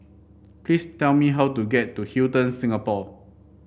please tell me how to get to Hilton Singapore